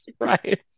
Right